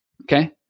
Okay